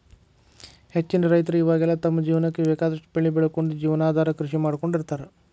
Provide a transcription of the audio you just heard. ಹೆಚ್ಚಿನ ರೈತರ ಇವಾಗೆಲ್ಲ ತಮ್ಮ ಜೇವನಕ್ಕ ಬೇಕಾದಷ್ಟ್ ಬೆಳಿ ಬೆಳಕೊಂಡು ಜೇವನಾಧಾರ ಕೃಷಿ ಮಾಡ್ಕೊಂಡ್ ಇರ್ತಾರ